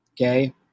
Okay